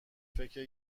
فکر